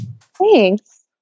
Thanks